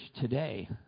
today